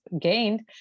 gained